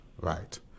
right